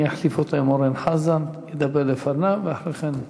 אני אחליף אותו עם אורן חזן שידבר לפניו ואחרי כן הוא.